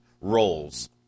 roles